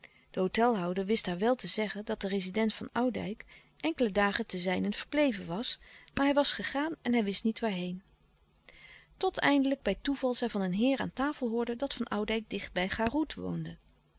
de hôtelhouder wist haar wel te zeggen dat de rezident van oudijck enkele dagen ten zijnent verbleven was maar hij was gegaan en hij wist niet waarheen tot eindelijk bij toeval zij van een heer aan tafel hoorde dat van oudijck dichtbij